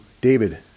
David